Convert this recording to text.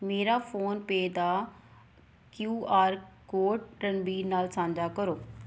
ਮੇਰਾ ਫੋਨਪੇ ਦਾ Q R code Ranbir ਨਾਲ ਸਾਂਝਾ ਕਰੋ